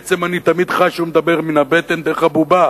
בעצם אני תמיד חש שהוא מדבר מן הבטן דרך הבובה